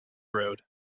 road